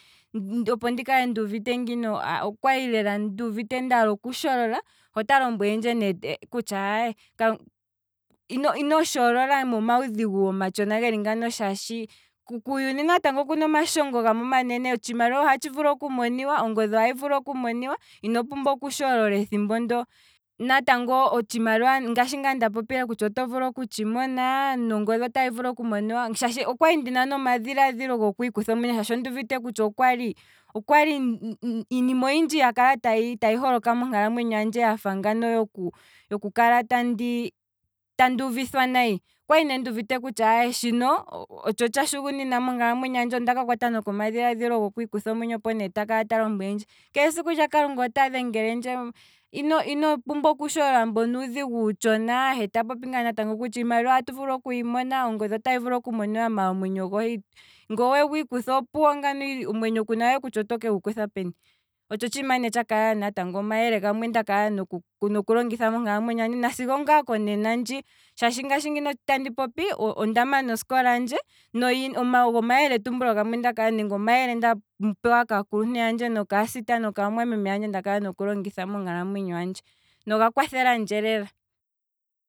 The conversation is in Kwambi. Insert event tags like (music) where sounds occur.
Opo ndikale nduuvite ngino, okwali lela nduuvite ndaala okusholola, he ota lombwelendje kutya aye ino sholola komaudhigu gethike mpono, kuuyuni natango okuna omashongo gamwe omanene, otshimaliwa ohatshi vulu oku moniwa, ongodhi oha hi vulu oku miniwa ino pumbwa okusholola ethimbo ndoo, natango ngashi ngaa nda popile kutya otshimaliwa oto vulu okutshi mona, nongodhi otahi vulu okumoniwa, shaashi okwali ndina nomadhilaadhilo gokwiikutha omwenyo shaashi okwali nduuvite kutya okwali okwali (hesitation) iinima oyindji ya kala tayi holoka monkalamwenyo handje yafa ngaano yoku kala tandi uvithwa nayi, okwali ne nduuvite kutya shino otsho tsha shugunina monkalamwenyo handje, ondaka kwatwa noko madhilaadhilo gokwiikutha omwenyo, opo ne ta kala ta lombwelendje, keesiku ne lyakalunga ota dhengelendje, ino pumbwa okusolola, mbono uudhigu uutshona, he ta popi ngaa natango kutya iimaliwa atu vulu okuyi mona, ongodhi otahi vulu okumonika, maala omwenyo gohe nge owe gwiikutha opuwo nangano, omwenyo kuna we kutya oto kegu kutha peni, otsho tshiima ndakala ogo omayele gamwe ndakala noku longitha monkalamwenyo handje nasi ngaa konena ndji, shaashi ngashi ngino tandi popi, onda mana osikola handje, maala ogo omayele nda pewa kaakuluntu yandje, nokaasita nokaamwameme yandje nda kala noku galongitha monkalamwenyo handje, noga kwathelandje lela.